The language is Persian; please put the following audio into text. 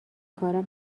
کارم